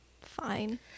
fine